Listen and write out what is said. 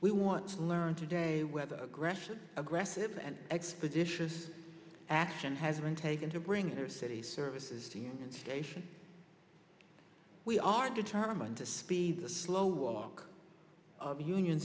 we want to learn today whether aggressive aggressive and expeditious action has been taken to bring their city services and station we are determined to speed the slow walk of union